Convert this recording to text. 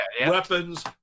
weapons